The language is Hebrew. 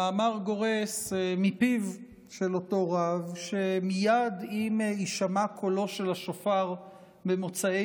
המאמר גורס מפיו של אותו רב שמייד עם הישמע קולו של השופר במוצאי